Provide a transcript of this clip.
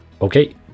Okay